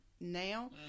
now